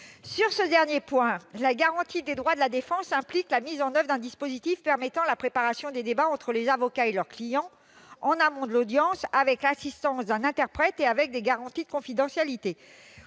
Sur ce dernier point, la garantie des droits de la défense implique la mise en oeuvre d'un dispositif permettant la préparation des débats entre les avocats et leurs clients en amont de l'audience avec l'assistance d'un interprète et avec des garanties de confidentialité.